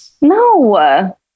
No